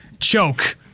choke